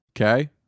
okay